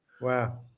Wow